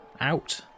out